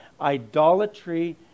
idolatry